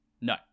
No